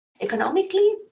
Economically